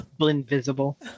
Invisible